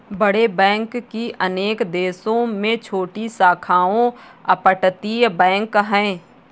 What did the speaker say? बड़े बैंक की अनेक देशों में छोटी शाखाओं अपतटीय बैंक है